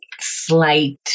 slight